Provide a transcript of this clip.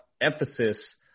emphasis